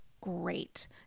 great